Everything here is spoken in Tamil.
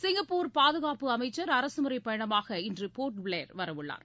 சிங்கப்பூர் பாதகாப்பு அமைச்சர் அரசுமுறைப் பயணமாக இன்று போர்ட் ப்ளேயர் வரவுள்ளார்